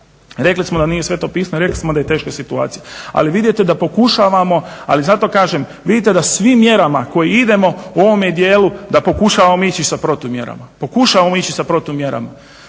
rekli smo da nije sveto pismo i rekli smo da je teška situacija. Ali vidite da pokušavamo, ali zato kažem vidite da svim mjerama kojima idemo u ovome dijelu da pokušavamo ići sa protumjerama. Tako da sve dok ne